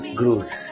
growth